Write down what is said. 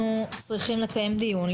קודם כל מבחינה משפטית אנחנו צריכים לקיים דיון,